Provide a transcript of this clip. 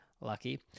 Lucky